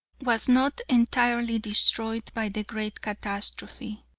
was not entirely destroyed by the great catastrophe,